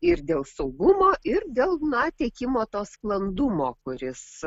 ir dėl saugumo ir dėl na tiekimo to sklandumo kuris